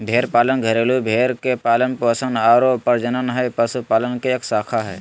भेड़ पालन घरेलू भेड़ के पालन पोषण आरो प्रजनन हई, पशुपालन के एक शाखा हई